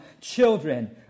children